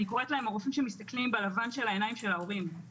אני קוראת להם: הרופאים שמסתכלים בלבן של העיניים של ההורים.